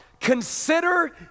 Consider